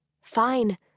Fine